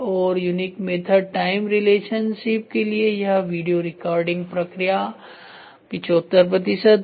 और unique method time relationship के लिए यह वीडियो रिकॉर्डिंग प्रक्रिया 75 प्रतिशत है